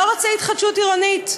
לא רוצה התחדשות עירונית,